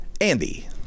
Andy